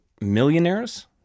millionaires